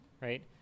right